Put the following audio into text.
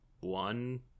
one